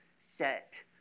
set